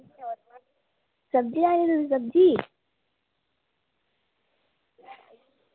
सब्जी लैनी तुस सब्जी